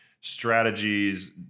strategies